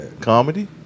Comedy